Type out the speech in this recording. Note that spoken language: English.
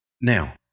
Now